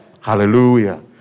Hallelujah